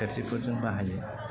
थोरसिखौ जों बाहायो